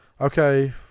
okay